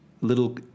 little